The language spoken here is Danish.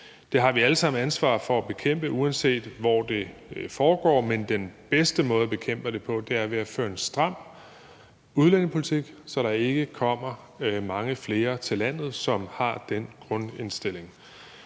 Det har vi alle sammen et ansvar for at bekæmpe, uanset hvor det foregår, men den bedste måde at bekæmpe det på er ved at føre en stram udlændingepolitik, så der ikke kommer mange flere til landet, som har den grundindstilling.